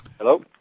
Hello